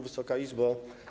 Wysoka Izbo!